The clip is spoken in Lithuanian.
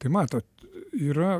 tai matot yra